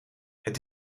het